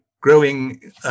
growing